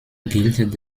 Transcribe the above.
gilt